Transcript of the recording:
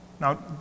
now